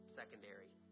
secondary